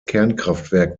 kernkraftwerk